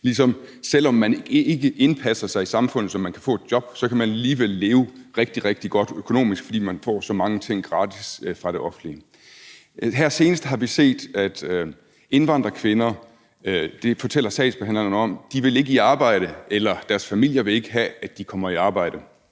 ligesom, selv om man ikke indpasser sig i samfundet, så man kan få et job, alligevel kan leve rigtig, rigtig godt økonomisk, fordi man får så mange ting gratis fra det offentlige. Senest har vi set, at indvandrerkvinder – det fortæller sagsbehandlerne om – ikke vil i arbejde, eller at deres familier ikke vil have, at de kommer i arbejde,